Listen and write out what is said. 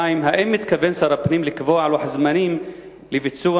האם מתכוון שר הפנים לקבוע לוח זמנים לביצוע